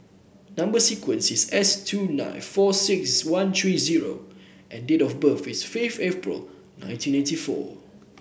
number sequence is S two nine four six one three zero and date of birth is fifth April nineteen eighty four